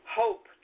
hope